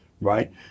right